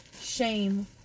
shame